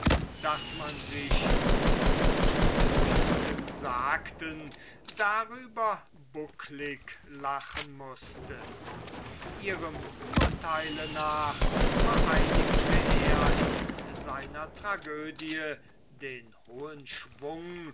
daß man sich wie die abderiten sagten dar über bucklicht lachen mußte ihrem urteile nach vereinigte er in seiner tragödie den hohen schwung